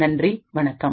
நன்றி வணக்கம்